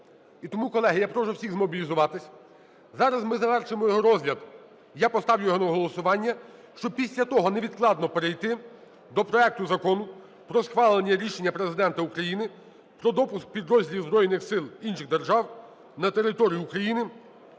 І тому, колеги, я прошу всіх змобілізуватися, зараз ми завершимо його розгляд. Я поставлю його на голосування, щоб після того невідкладно перейти до проекту Закону про схвалення рішення Президента України про допуск підрозділів збройних сил інших держав на територію України